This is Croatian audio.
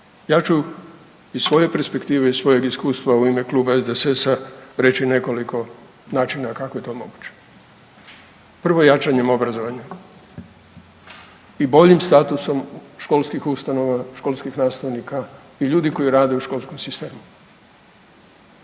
Ja ću iz svoje perspektive i svojeg iskustva u ime Kluba SDSS-a reći nekoliko načina kako je to moguće. Prvo, jačanjem obrazovanja i boljim statusom školskih ustanova, školskih nastavnika i ljudi koji rade u školskom sistemu.